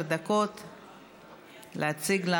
29